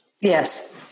Yes